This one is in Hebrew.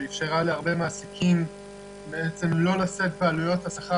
שאפשרה להרבה מהעסקים לא לשאת בעלויות השכר